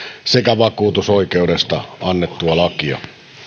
sekä vakuutusoikeudesta annettua lakia